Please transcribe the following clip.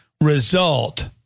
result